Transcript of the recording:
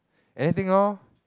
anything loh